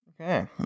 Okay